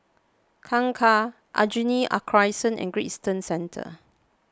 Kangkar Aljunied a Crescent and Great Eastern Centre